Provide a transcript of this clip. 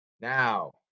Now